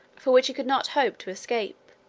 from which he could not hope to escape,